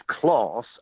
class